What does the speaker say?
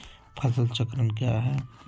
फसल चक्रण क्या है?